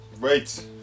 Wait